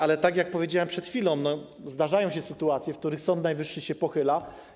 Ale tak jak powiedziałem przed chwilą, zdarzają się sytuacje, w których Sąd Najwyższy się pochyla.